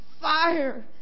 fire